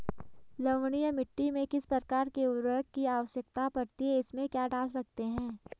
लवणीय मिट्टी में किस प्रकार के उर्वरक की आवश्यकता पड़ती है इसमें क्या डाल सकते हैं?